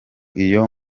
iyo